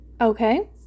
okay